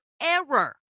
error